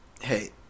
hey